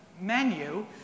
menu